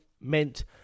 meant